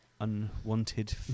unwanted